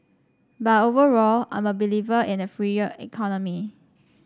but overall I'm a believer in a freer economy